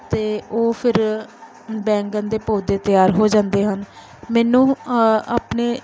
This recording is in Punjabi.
ਅਤੇ ਉਹ ਫੇਰ ਬੈਂਗਣ ਦੇ ਪੌਦੇ ਤਿਆਰ ਹੋ ਜਾਂਦੇ ਹਨ ਮੈਨੂੰ ਆਪਣੇ